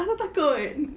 asal takut